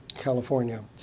California